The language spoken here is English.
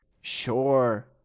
Sure